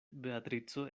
beatrico